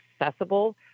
accessible